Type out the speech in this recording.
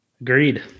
Agreed